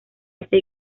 esa